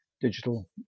digital